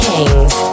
Kings